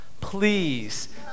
Please